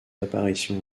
apparitions